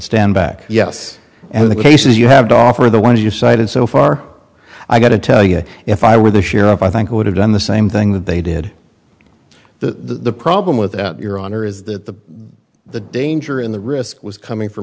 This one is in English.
stand back yes and the cases you have to offer are the ones you've cited so far i've got to tell you if i were the sheriff i think i would have done the same thing that they did the problem with that your honor is that the the danger in the risk was coming f